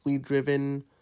driven